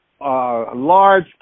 large